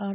R